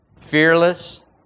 fearless